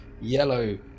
yellow